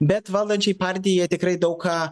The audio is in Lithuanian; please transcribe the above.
bet valdančiai partijai jie tikrai daug ką